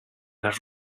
las